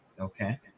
Okay